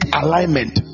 alignment